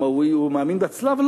הוא מאמין בצלב?